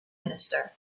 minister